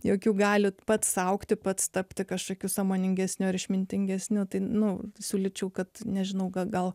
jokių galite pats augti pats tapti kažkokiu sąmoningesnio ir išmintingesnio tai nu siūlyčiau kad nežinau ką gal